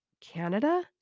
Canada